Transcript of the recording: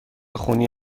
خونی